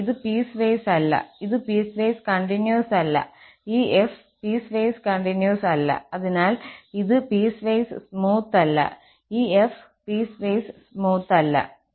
ഇത് പീസ്വൈസ് അല്ല ഇത് പീസ്വൈസ് കണ്ടിന്യൂസ് അല്ല ഈ f പീസ്വൈസ് കണ്ടിന്യൂസ് അല്ല അതിനാൽ ഇത് പീസ്വൈസ് സ്മൂത്ത് അല്ല ഈ f പീസ്വൈസ് സ്മൂത്ത് അല്ല